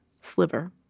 sliver